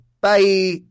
Bye